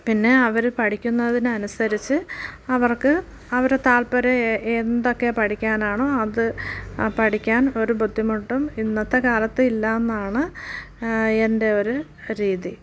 പിന്നെ അവർ പഠിക്കുന്നതിന് അനുസരിച്ച് അവർക്ക് അവരുടെ താല്പര്യം എന്തൊക്കെ പഠിക്കാനാണോ അത് പഠിക്കാൻ ഒരു ബുദ്ധിമുട്ടും ഇന്നത്തെ കാലത്ത് ഇല്ലാന്നാണ് എൻ്റെ ഒരു രീതി